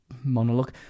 monologue